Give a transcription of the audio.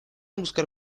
buscar